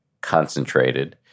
concentrated